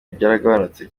byaragabanutse